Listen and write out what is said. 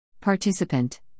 Participant